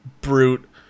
brute